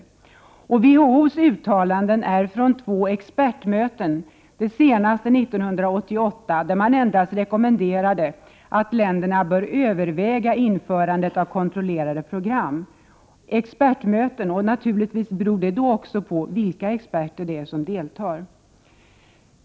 Vid bedömningen av WHO:s uttalanden från två expertmöten— det senaste 1988, där man mest rekommenderade länderna att överväga införandet av kontrollerade program — har det betydelse vilka experter som deltar.